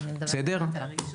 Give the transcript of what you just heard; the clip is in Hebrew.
בסדר?